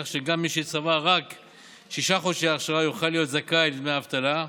כך שגם מי שצבר רק שישה חודשי אכשרה יוכל להיות זכאי לדמי אבטלה,